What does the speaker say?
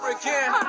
again